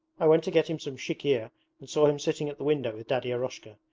i went to get him some chikhir and saw him sitting at the window with daddy eroshka.